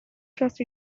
trust